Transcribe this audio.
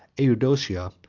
eudocia,